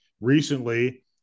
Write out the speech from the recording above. recently